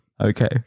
okay